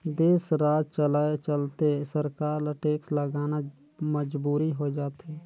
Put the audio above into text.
देस, राज चलाए चलते सरकार ल टेक्स लगाना मजबुरी होय जाथे